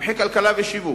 מומחי כלכלה ושיווק,